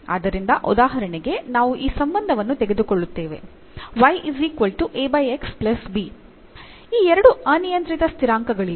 ಆದ್ದರಿಂದ ಉದಾಹರಣೆಗೆ ನಾವು ಈ ಸಂಬಂಧವನ್ನು ತೆಗೆದುಕೊಳ್ಳುತ್ತೇವೆ ಈ ಎರಡು ಅನಿಯಂತ್ರಿತ ಸ್ಥಿರಾಂಕಗಳಾಗಿವೆ